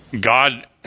God